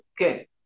Okay